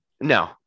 No